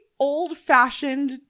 old-fashioned